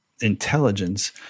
intelligence